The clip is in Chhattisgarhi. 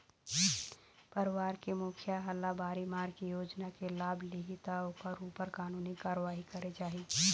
परवार के मुखिया ह लबारी मार के योजना के लाभ लिहि त ओखर ऊपर कानूनी कारवाही करे जाही